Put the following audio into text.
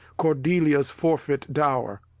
cordelia's forfeit dow'r.